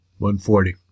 140